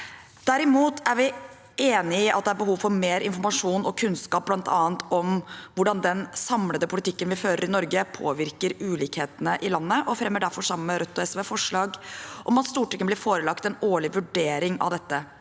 Derimot er vi enig i at det er behov for mer informasjon og kunnskap, bl.a. om hvordan den samlede politikken vi fører i Norge, påvirker ulikhetene i landet. Vi fremmer derfor sammen med Rødt og SV forslag om at en årlig vurdering av dette